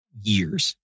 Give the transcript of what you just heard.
years